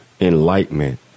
enlightenment